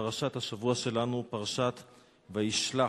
פרשת השבוע שלנו היא פרשת וישלח,